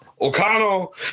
O'Connell